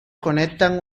conectan